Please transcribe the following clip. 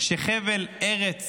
שחבל ארץ